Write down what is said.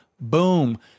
Boom